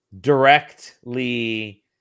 directly